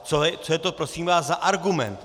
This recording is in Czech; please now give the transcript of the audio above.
Co je to prosím vás za argument?